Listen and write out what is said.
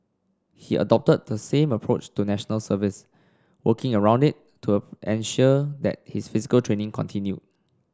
he adopted the same approach to National Service working around it to ensure that his physical training continued